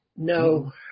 No